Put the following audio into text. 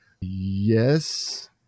Yes